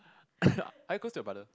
are you close to your brother